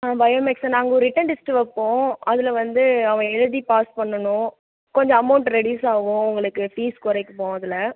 ஆ bio மேக்ஸ்னா நாங்கள் ஒரு ரிட்டன் டெஸ்ட் வைப்போம் அதில் வந்து அவன் எழுதி பாஸ் பண்ணனும் கொஞ்சம் அமௌன்ட் ரெடியூஸ் ஆகும் உங்களுக்கு ஃபீஸ் குறைப்போம் அதில்